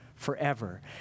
forever